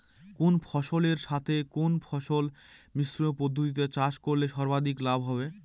কোন ফসলের সাথে কোন ফসল মিশ্র পদ্ধতিতে চাষ করলে সর্বাধিক লাভ হবে?